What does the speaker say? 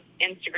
Instagram